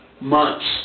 months